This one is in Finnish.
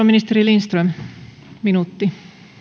ministeri lindström minuutti